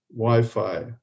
Wi-Fi